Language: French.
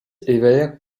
evert